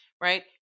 Right